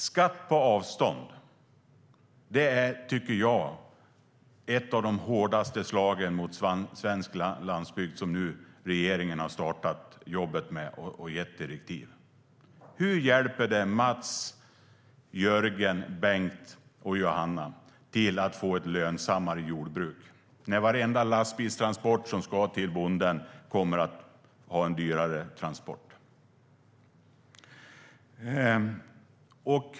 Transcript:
Skatt på avstånd är ett av de hårdaste slagen mot svensk landsbygd, och det har regeringen nu gett direktiv för att börja arbeta med. Hur hjälper det Mats, Jörgen, Bengt och Johanna att få ett lönsammare jordbruk när varenda lastbilstransport som ska till bonden kommer att bli dyrare?